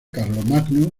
carlomagno